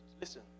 listen